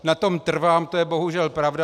Na tom trvám, to je bohužel pravda.